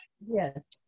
Yes